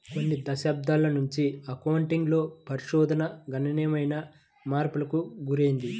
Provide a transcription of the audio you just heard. కొన్ని దశాబ్దాల నుంచి అకౌంటింగ్ లో పరిశోధన గణనీయమైన మార్పులకు గురైంది